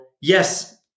yes